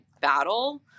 battle